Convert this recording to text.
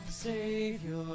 Savior